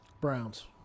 Browns